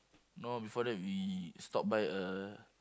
no before that we stop by a